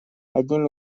одним